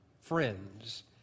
friends